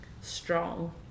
strong